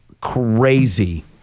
crazy